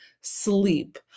sleep